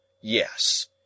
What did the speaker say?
Yes